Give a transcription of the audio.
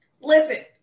Listen